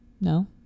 No